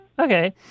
Okay